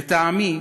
לטעמי,